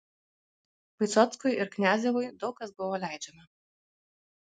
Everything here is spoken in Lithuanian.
vysockui ir kniazevui daug kas buvo leidžiama